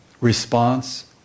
response